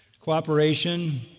cooperation